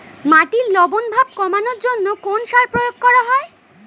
মাটির লবণ ভাব কমানোর জন্য কোন সার প্রয়োগ করা হয়?